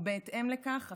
ובהתאם לכך הכשרות,